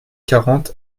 quarante